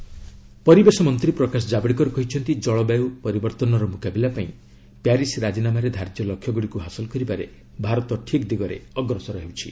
Javadekar climate change ପରିବେଶ ମନ୍ତ୍ରୀ ପ୍ରକାଶ ଜାବଡେକର କହିଛନ୍ତି ଜଳବାୟୁ ପରିବର୍ତ୍ତନର ମୁକାବିଲା ପାଇଁ ପ୍ୟାରିସ୍ ରାଜିନାମାରେ ଧାର୍ଯ୍ୟ ଲକ୍ଷ୍ୟଗୁଡ଼ିକୁ ହାସଲ କରିବାରେ ଭାରତ ଠିକ୍ ଦିଗରେ ଅଗ୍ରସର ହେଉଛି